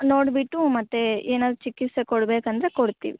ನೋಡಿಬಿಟ್ಟು ಮತ್ತೆ ಏನಾದ್ರು ಚಿಕಿತ್ಸೆ ಕೊಡಬೇಕಂದ್ರೆ ಕೊಡ್ತೀವಿ